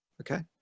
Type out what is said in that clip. okay